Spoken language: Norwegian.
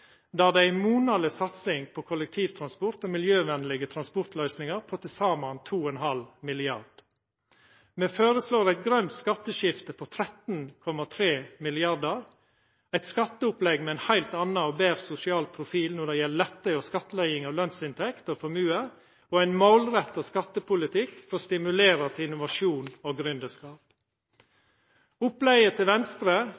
der det er ei monaleg satsing på kollektivtransport og miljøvenlege transportløysingar på til saman 2,5 mrd. kr. Me føreslår eit grønt skatteskifte på 13,3 mrd. kr, eit skatteopplegg med ein heilt annan og betre sosial profil når det gjeld lettar og skattlegging av lønsinntekt og formue, og ein målretta skattepolitikk for å stimulera til innovasjon og